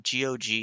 GOG